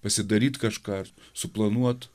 pasidaryt kažką suplanuot